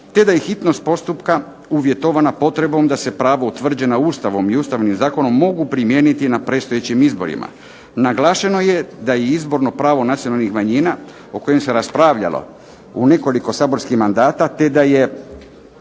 te da je hitnost postupka uvjetovana potrebom da se prava utvrđena Ustavom i Ustavnim zakonom mogu primijeniti na predstojećim izborima. Naglašeno je da je izborno pravo nacionalnih manjina o kojem se raspravljalo u nekoliko saborskih mandata